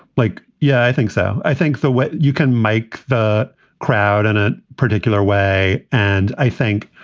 like. yeah, i think so. i think the way you can make the crowd in a particular way and i think,